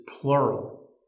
plural